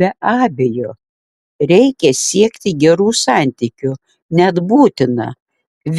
be abejo reikia siekti gerų santykių net būtina